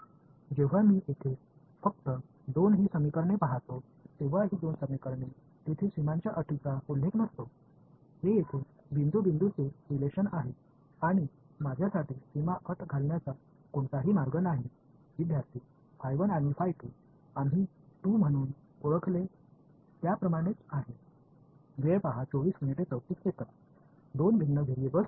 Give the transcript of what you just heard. இந்த இரண்டு சமன்பாடுகளையும் நான் இங்கு பார்க்கும்போது இந்த இரண்டு சமன்பாடுகளும் பௌண்டரி கண்டிஷன்ஸ் பற்றி எதுவும் குறிப்பிடப்படவில்லை இது இங்கே பாய்ன்ட் பய் பாய்ன்ட் உறவின் அடிப்படையில் மற்றும் பௌண்டரி கண்டிஷன்ஸ் விதிக்க எனக்கு வழி இல்லை